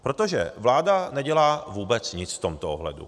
Protože vláda nedělá vůbec nic v tomto ohledu.